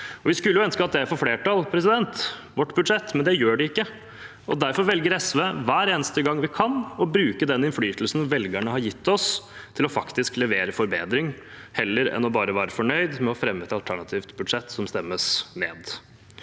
Vi skulle jo ønske at vårt budsjett får flertall, men det gjør det ikke. Derfor velger SV hver eneste gang vi kan, å bruke den innflytelsen velgerne har gitt oss, til faktisk å levere forbedring, heller enn bare å være fornøyd med å fremme et alternativt budsjett som stemmes ned.